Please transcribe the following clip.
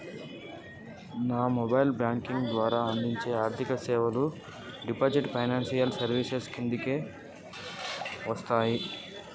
గా mobile banking ద్వారా అందించే ఆర్థికసేవలు డిజిటల్ ఫైనాన్షియల్ సర్వీసెస్ కిందకే వస్తయి